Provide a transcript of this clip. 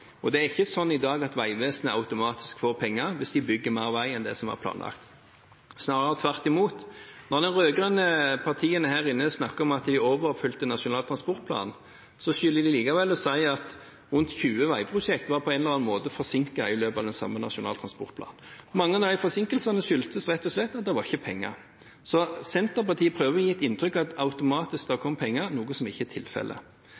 dag. Det er ikke sånn i dag at Vegvesenet automatisk får penger hvis de bygger mer vei enn det som var planlagt, snarere tvert imot. Når de rød-grønne partiene her inne snakker om at de overoppfylte Nasjonal transportplan, skylder de å si at rundt 20 veiprosjekter på en eller annen måte var forsinket i løpet av den samme nasjonale transportplanen. Mange av disse forsinkelsene skyldtes rett og slett at det ikke var penger. Senterpartiet prøver å gi et inntrykk av at det automatisk kom penger, noe som ikke er tilfellet.